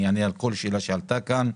אני אענה על כל שאלה שעלתה כאן.